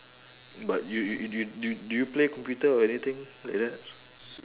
but you you you do do do you play computer or anything like that